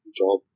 job